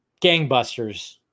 gangbusters